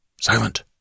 Silent